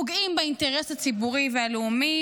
פוגעים באינטרס הציבורי והלאומי,